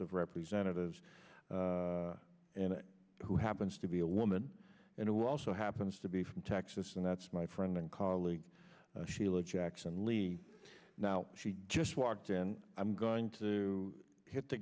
of representatives and who happens to be a woman and who also happens to be from texas and that's my friend and colleague sheila jackson lee now she just walked in i'm going to hit the